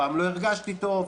פעם לא הרגשתי טוב,